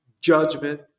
judgment